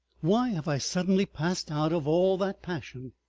why have i suddenly passed out of all that passion?